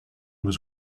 was